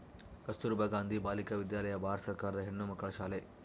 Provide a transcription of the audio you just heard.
ಕಸ್ತುರ್ಭ ಗಾಂಧಿ ಬಾಲಿಕ ವಿದ್ಯಾಲಯ ಭಾರತ ಸರ್ಕಾರದ ಹೆಣ್ಣುಮಕ್ಕಳ ಶಾಲೆ